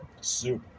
soup